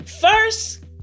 First